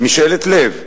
משאלת לב.